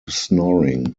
snoring